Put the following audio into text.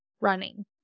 running